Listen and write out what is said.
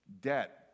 Debt